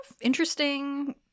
interesting